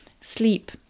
sleep